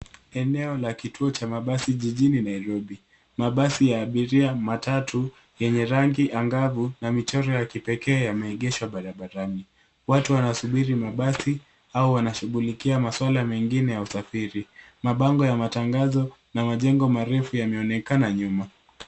Eneo la kituo cha mabasi jijini Nairobi. Mabasi ya abiria, matatu, yenye rangi angavu na michoro ya kipekee yameegeshwa barabarani. Watu wanasubiri mabasi au wanashughulikia masuala mengine ya usafiri. Mabango ya matangazo na majengo marefu yameonekana nyuma.